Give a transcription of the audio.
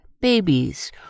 Babies